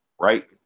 right